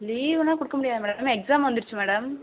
லீவுல்லாம் கொடுக்க முடியாது madam exam வந்துருச்சு மேடம்